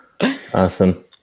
Awesome